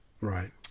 Right